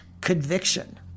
conviction